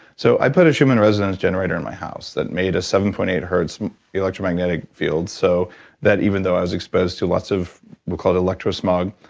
so i put a schumann resonance generator in my house that made a seven point eight hz so electromagnetic field so that even though i was exposed to lots of we'll call it electro smog,